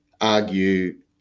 argue